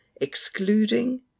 excluding